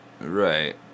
Right